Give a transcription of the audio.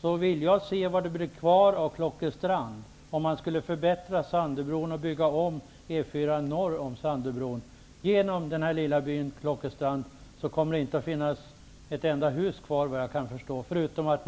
Då vill jag se vad det blir kvar av Klockestrand om man skulle förbättra Sandöbron och bygga om E 4 norr om Sandöbron. Den skulle gå genom den lilla byn Klockestrand, och då kommer det inte att finnas kvar ett enda hus där, vad jag kan förstå. Dessutom